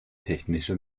technische